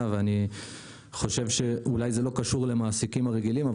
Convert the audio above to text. ואני חושב שאולי זה לא קשור למעסיקים הרגילים,